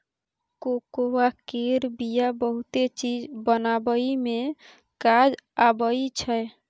cocoa केर बिया बहुते चीज बनाबइ मे काज आबइ छै